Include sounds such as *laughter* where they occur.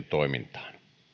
*unintelligible* toimintaan